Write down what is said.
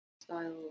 style